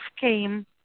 came